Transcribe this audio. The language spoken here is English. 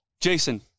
Jason